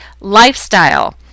lifestyle